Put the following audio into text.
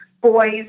boys